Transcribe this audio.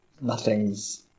nothing's